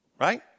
right